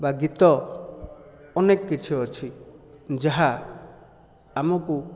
ବା ଗୀତ ଅନେକ କିଛି ଅଛି ଯାହା ଆମକୁ